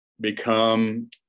become